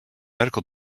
medical